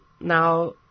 now